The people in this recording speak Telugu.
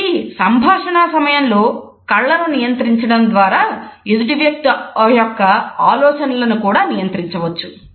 కాబట్టి సంభాషణ సమయంలో కళ్ళను నియంత్రించడం ద్వారా ఎదుటి వ్యక్తి యొక్క ఆలోచనలను కూడా నియంత్రించవచ్చు